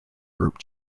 group